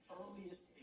earliest